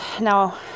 now